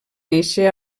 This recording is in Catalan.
néixer